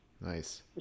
Nice